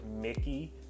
Mickey